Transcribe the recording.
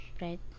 right